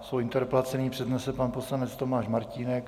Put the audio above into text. Svou interpelaci nyní přednese poslanec Tomáš Martínek.